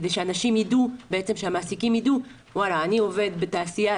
כדי שהמעסיקים ידעו "אני עובד בתעשייה,